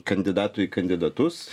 kandidatų į kandidatus